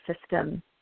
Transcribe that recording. system